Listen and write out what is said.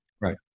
Right